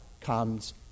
comes